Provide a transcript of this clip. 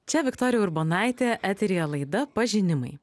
čia viktorija urbonaitė eteryje laida pažinimai